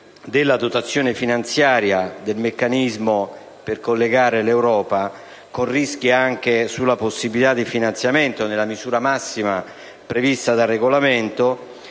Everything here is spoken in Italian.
della dotazione finanziaria del meccanismo per collegare l'Europa, con rischi anche relativamente alla possibilità del finanziamento nella misura massima prevista dal regolamento,